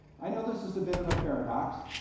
i know this is a bit of a paradox,